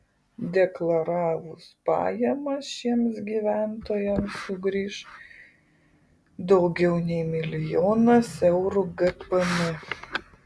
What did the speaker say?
deklaravus pajamas šiems gyventojams sugrįš daugiau nei milijonas eurų gpm